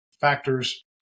factors